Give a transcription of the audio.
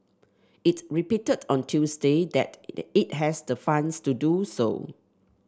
it repeated on Tuesday that it has the funds to do so